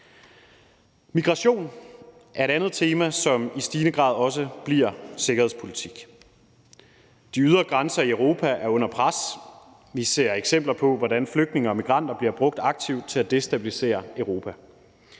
Migration er et andet tema, som i stigende grad også bliver sikkerhedspolitik. De ydre grænser i Europa er under pres. Vi ser eksempler på, hvordan flygtninge og migranter bliver brugt aktivt til at destabilisere Europa.